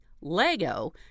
Lego